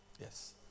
Yes